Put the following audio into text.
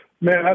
Man